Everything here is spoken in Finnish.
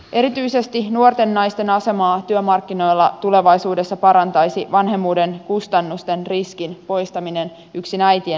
erityisesti nuorten naisten asemaa työmarkkinoilla tulevaisuudessa parantaisi vanhemmuuden kustannusten riskin poistaminen yksin äitien työnantajilta